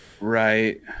right